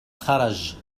خرج